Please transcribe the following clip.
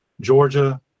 Georgia